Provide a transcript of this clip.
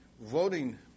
voting